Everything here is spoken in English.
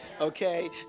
Okay